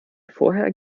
vorher